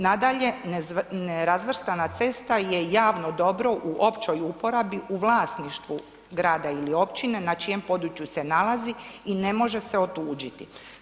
Nadalje, nerazvrstana cesta je javno dobro u općoj uporabi u vlasništvu grada ili općine na čijem području se nalazi i ne može se otuđiti.